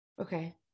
Okay